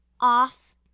off